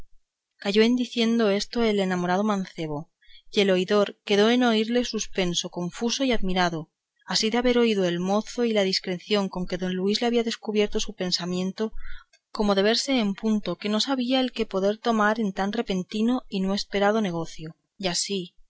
calló en diciendo esto el enamorado mancebo y el oidor quedó en oírle suspenso confuso y admirado así de haber oído el modo y la discreción con que don luis le había descubierto su pensamiento como de verse en punto que no sabía el que poder tomar en tan repentino y no esperado negocio y así